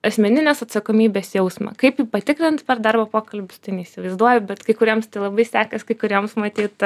asmeninės atsakomybės jausmą kaip jį patikrint per darbo pokalbius tai neįsivaizduoju bet kai kuriems tai labai sekas kai kuriems matyt